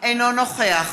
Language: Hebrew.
אינו נוכח